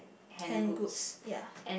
hand goods ya